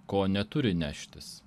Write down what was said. ko neturi neštis